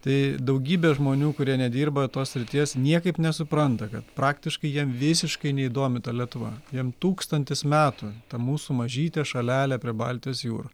tai daugybė žmonių kurie nedirba tos srities niekaip nesupranta kad praktiškai jiem visiškai neįdomi ta lietuva jiem tūkstantis metų ta mūsų mažytė šalelė prie baltijos jūra